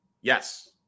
yes